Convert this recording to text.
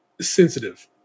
sensitive